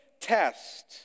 test